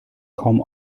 kaum